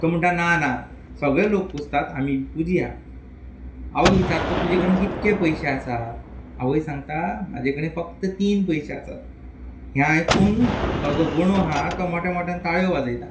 तो म्हणटा ना ना सगळे लोक पुजतात आमी पुजया आवयक विचारता तुजे कडेन कितके पयशे आसा आवय सांगता म्हाजे कडेन फक्त तीन पयशे आसात हें आयकून तो जो गणू आहा तो मोठ्या मोठ्यान ताळ्यो वाजयता